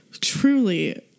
truly